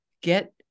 get